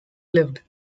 lived